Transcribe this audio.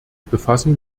befassen